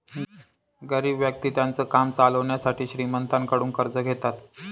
गरीब व्यक्ति त्यांचं काम चालवण्यासाठी श्रीमंतांकडून कर्ज घेतात